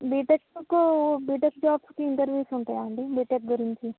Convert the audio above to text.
బీటెక్కు BTech జాబ్స్కి interviews ఉంటాయండి BTech గురించి